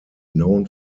known